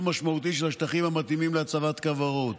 משמעותי של השטחים המתאימים להצבת כוורות.